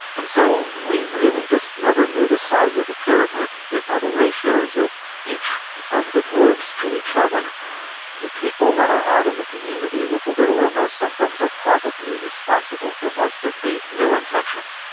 and so we really just never knew the size of the pyramid, didn't know the ratios of each of the groups to each other. the people who are out in the community with little or no symptoms are probably responsible for most of the new infections.